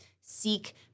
seek